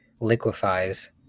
liquefies